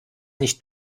nicht